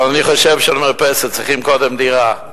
אבל אני חושב שלמרפסת צריכים קודם דירה.